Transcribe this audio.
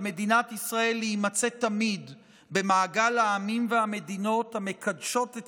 על מדינת ישראל להימצא תמיד במעגל העמים והמדינות המקדשים את